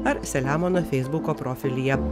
ar selemono feisbuko profilyje